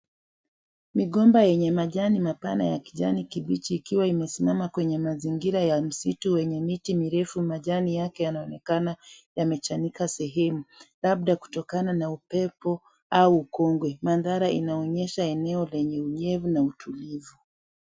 Migomba yenye majani mapana ya kijani kibichi ikiwa imesimama kwenye mazingira ya msitu mwenye miti mirefu. Majani yake yanaonekana yamechanika sehemu. Labda kutokana na upepo au ukongwe. Mandhara inaonyesha eneo enye unyevu na utulivu.